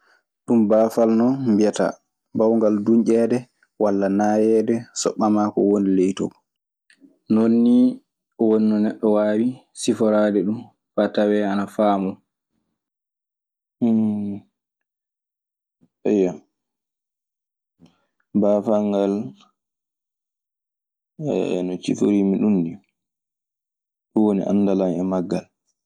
Ɗum baafal non mbiyata, mbawngal dunƴeede walla naayeede so ɓamaa ko woni ley too. Non nii woni no neɗɗo waawi siforaade ɗun faa tawee ana faamoo.